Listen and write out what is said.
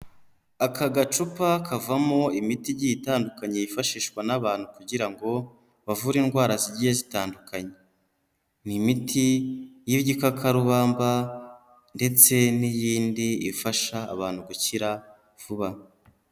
Aka gacupa kavamo imiti igiye itandukanye yifashishwa n'abantu kugira ngo bavure indwara zigiye zitandukanye, ni imiti y'igikakarubamba ndetse n'iyindi ifasha abantu gukira vuba.